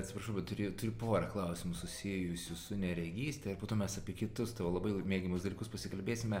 atsiprašau bet turiu turiu porą klausimų susijusių su neregyste ir po to mes apie kitus tavo labai mėgiamus dalykus pasikalbėsime